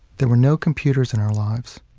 there were no computers in our lives.